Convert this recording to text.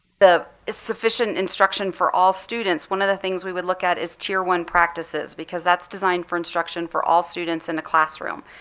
the sufficient instruction for all students, one of the things we would look at is tier one practices because that's designed for instruction for all students in the classroom.